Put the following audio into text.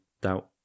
doubt